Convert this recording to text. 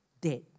dead